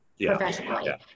professionally